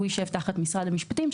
הוא יישב תחת משרד המשפטים,